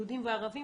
יהודים וערבים,